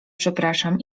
przepraszam